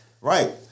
Right